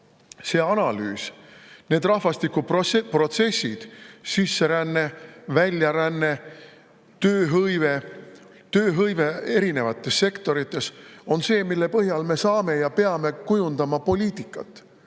see analüüs – rahvastikuprotsessid, sisseränne, väljaränne, tööhõive, tööhõive erinevates sektorites – on see, mille põhjal me saame kujundada poliitikat